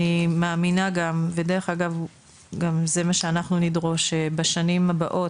אני מאמינה וזה מה שאנחנו נדרוש בשנים הבאות,